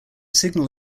signal